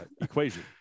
equation